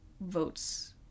votes